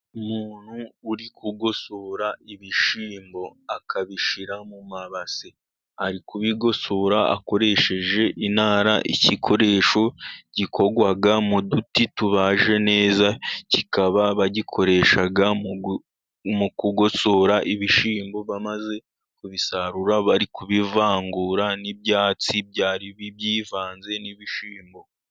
Umuntu uri kugosora ibishyimbo akabishyira mu mabasi. Ari kubigosora akoresheje intara ,igikoresho gikorwa mu duti tubaje neza. Kikaba gikoreshaga mu kugosora ibishyimbo bamaze gusarura ,barimo kubivangura n'ibyatsi byari byivanze n'ibishyimbo.